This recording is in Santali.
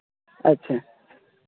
ᱟᱪᱪᱷᱟ